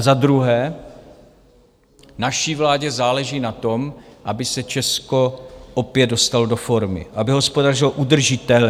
Za druhé, naší vládě záleží na tom, aby se Česko opět dostalo do formy, aby hospodařilo udržitelně.